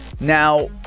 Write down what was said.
Now